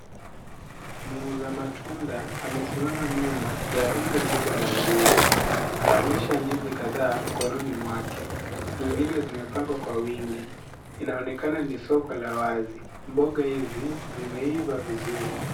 Muuza matunda amesimama nyuma ya rundo kubwa la ndizi. Anaonyesha ndizi kadhaa mkononi mwake. Nyingine zimepangwa kwa wingi. Inaonekana ni soko la wazi. Mboga hizi zimeiva vizuri.